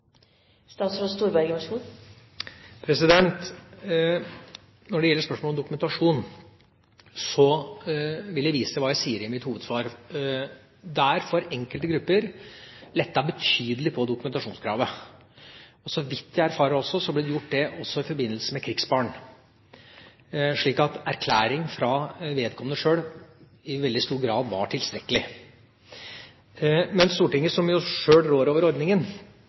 Når det gjelder spørsmålet om dokumentasjon, vil jeg vise til hva jeg sa i mitt hovedsvar. Det er for enkelte grupper lettet betydelig på dokumentasjonskravet. Så vidt jeg har erfart, ble det gjort også i forbindelse med krigsbarna, slik at erklæring fra vedkommende sjøl i veldig stor grad var tilstrekkelig. Men Stortinget, som sjøl rår over ordningen,